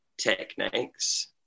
techniques